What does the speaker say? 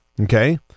Okay